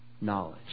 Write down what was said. knowledge